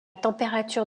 température